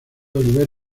oliver